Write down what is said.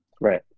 Right